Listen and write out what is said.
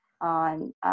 on